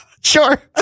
Sure